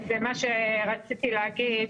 מה שרציתי להגיד,